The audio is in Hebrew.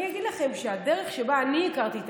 אני אגיד לכם שהדרך שבה אני הכרתי את